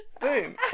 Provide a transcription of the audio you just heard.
boom